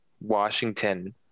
Washington